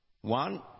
One